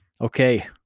Okay